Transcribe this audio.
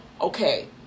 Okay